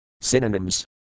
Synonyms